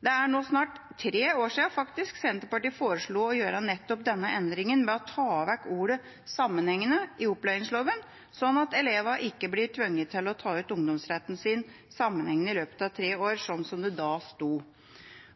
Det er nå snart tre år siden Senterpartiet foreslo å gjøre nettopp denne endringen ved å ta vekk ordet «sammenhengende» i opplæringslova, slik at elevene ikke blir tvunget til å ta ut ungdomsretten sin «sammenhengende i løpet av tre år», slik det da sto.